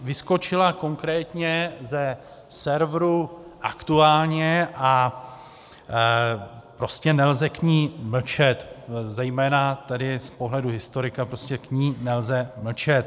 Vyskočila konkrétně ze serveru Aktuálně a prostě nelze k ní mlčet, zejména tedy z pohledu historika, prostě k ní nelze mlčet.